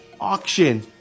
auction